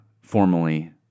formally